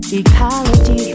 ecology